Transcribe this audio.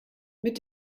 mit